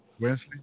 Wesley